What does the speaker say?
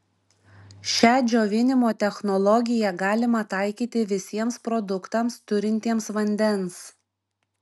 šią džiovinimo technologiją galima taikyti visiems produktams turintiems vandens